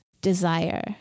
desire